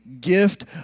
gift